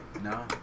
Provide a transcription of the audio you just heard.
No